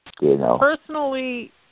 Personally